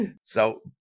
so-